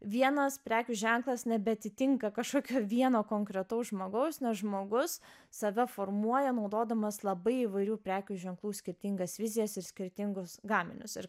vienas prekių ženklas nebeatitinka kažkokio vieno konkretaus žmogaus nes žmogus save formuoja naudodamas labai įvairių prekių ženklų skirtingas vizijas ir skirtingus gaminius ir